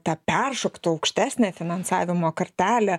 tą peršoktų aukštesnę finansavimo kartelę